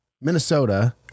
Minnesota